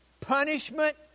punishment